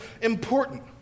important